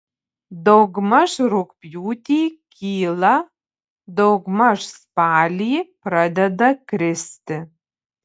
daugmaž rugpjūtį kyla daugmaž spalį pradeda kristi